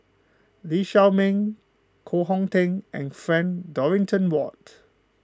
Lee Shao Meng Koh Hong Teng and Frank Dorrington Ward